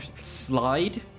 slide